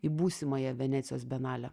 į būsimąją venecijos bienalę